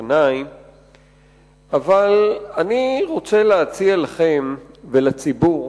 אבל אני רוצה להציע לכם ולציבור,